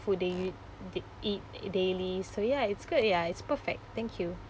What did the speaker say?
food they w~ they eat daily so ya it's good ya it's perfect thank you